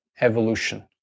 evolution